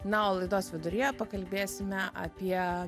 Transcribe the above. na o laidos viduryje pakalbėsime apie